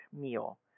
meal